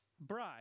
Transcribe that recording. bride